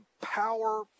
power